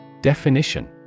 Definition